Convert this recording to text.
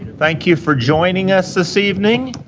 thank you for joining us this evening,